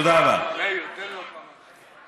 תן לו כמה דקות.